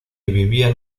vivían